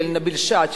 של נביל שעת',